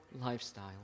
lifestyle